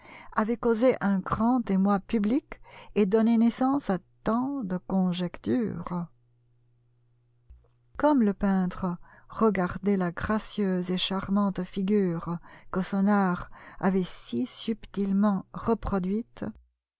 avait causé un grand émoi public et donné naissance à tant de conjectures comme le peintre regardait la gracieuse et charmante figure que son art avait si subtilement reproduite